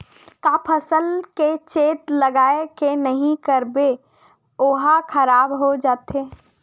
का फसल के चेत लगय के नहीं करबे ओहा खराब हो जाथे?